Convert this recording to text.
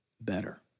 better